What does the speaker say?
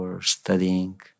studying